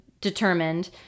determined